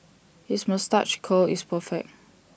his moustache curl is perfect